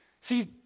See